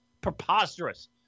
Preposterous